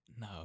No